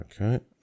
okay